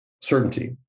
certainty